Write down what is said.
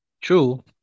True